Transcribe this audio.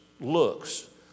looks